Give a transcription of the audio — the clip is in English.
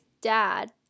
dad